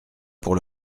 pour